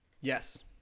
Yes